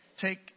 take